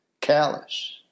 callous